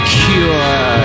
cure